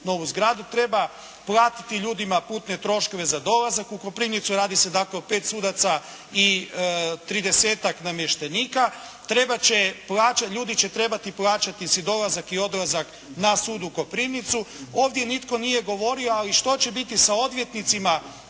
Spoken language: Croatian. Treba platiti ljudima putne troškove za dolazak u Koprivnicu. Radi se dakle o pet sudaca i 30-tak namještenika. Trebat će, ljudi će trebati plaćati si dolazak i odlazak na sud u Koprivnicu. Ovdje nitko nije govorio, ali što će biti sa odvjetnicima